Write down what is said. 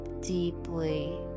deeply